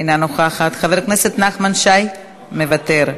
אינה נוכחת, חבר הכנסת נחמן שי, מוותר,